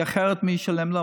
כי אחרת, מי ישלם לו?